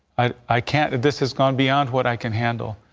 i i can't at this has gone beyond what i can handle.